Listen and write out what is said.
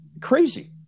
Crazy